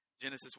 Genesis